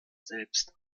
selbst